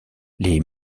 les